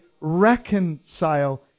reconcile